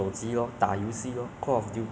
那些 ah semester one